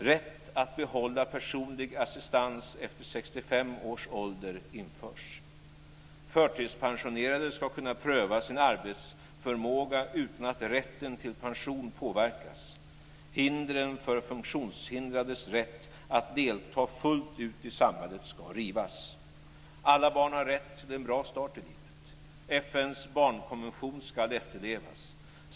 Rätt att behålla personlig assistans efter 65 års ålder införs. Förtidspensionerade ska kunna pröva sin arbetsförmåga utan att rätten till pension påverkas. Hindren för funktionshindrades rätt att delta fullt ut i samhället ska rivas. Alla barn har rätt till en bra start i livet. FN:s barnkonvention ska efterlevas.